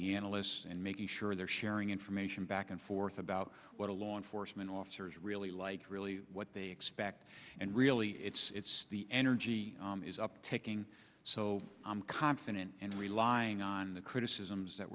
the analysts and making sure they're sharing information back and forth about what a law enforcement officer is really like really what they expect and really it's the energy is up taking so i'm confident and relying on the criticisms that